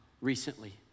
recently